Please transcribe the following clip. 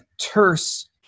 terse